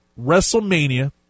WrestleMania